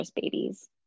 babies